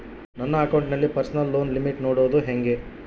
ನನ್ನ ಅಕೌಂಟಿನಲ್ಲಿ personal loan limit ನೋಡದು ಹೆಂಗೆ?